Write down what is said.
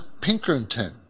Pinkerton